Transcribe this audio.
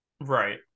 Right